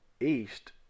east